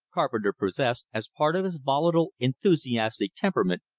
carpenter possessed, as part of his volatile enthusiastic temperament,